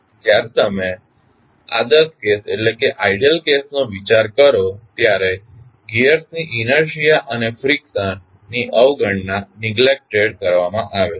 જ્યારે તમે આદર્શ કેસ નો વિચાર કરો ત્યારે ગિઅર્સ ની ઇનેર્શીઆ અને ફ્રીક્શન ની અવગણના કરવામાં આવે છે